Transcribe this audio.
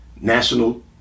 national